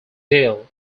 deal